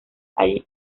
hay